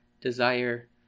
desire